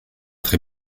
très